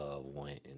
went